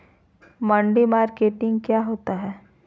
मंडी मार्केटिंग क्या होता है?